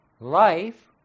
Life